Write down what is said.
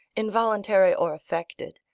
involuntary or affected,